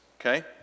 okay